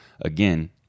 again